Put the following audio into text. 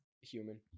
human